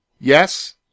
Yes